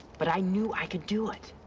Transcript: but i knew i could do it.